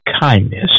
kindness